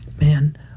Man